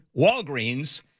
Walgreens